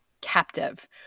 captive